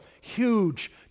Huge